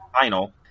final